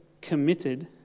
committed